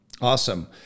Awesome